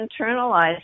internalized